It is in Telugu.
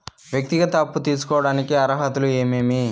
వ్యక్తిగత అప్పు తీసుకోడానికి అర్హతలు ఏమేమి